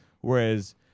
whereas